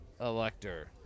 elector